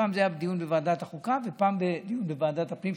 פעם זה היה דיון בוועדת החוקה ופעם דיון בוועדת הפנים,